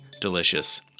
delicious